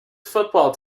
football